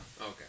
okay